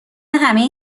همه